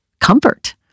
Comfort